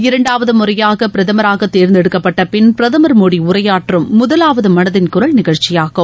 இரண்டாவது முறையாக பிரதமராக தேர்ந்தெடுக்கப்பட்டபின் பிரதமர் மோடி உரையாற்றும் முதலாவது மனதின் குரல் நிகழ்ச்சியாகும்